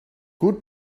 good